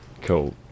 Cool